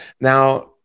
now